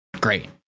Great